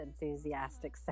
enthusiastic